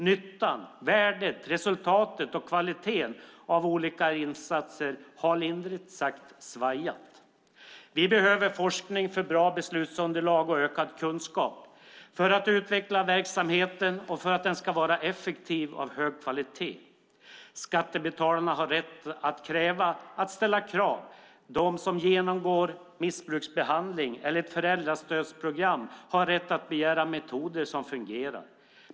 Nyttan, värdet och resultatet av och kvaliteten i olika insatser har lindrigt sagt svajat. Vi behöver forskning för bra beslutsunderlag och ökad kunskap för att utveckla verksamheten och för att den ska vara effektiv och av hög kvalitet. Skattebetalarna har rätt att ställa krav. De som genomgår missbruksbehandling eller ett föräldrastödsprogram har rätt att begära metoder som fungerar.